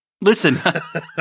Listen